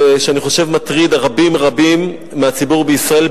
שאני חושב שמטריד רבים רבים מהציבור בישראל,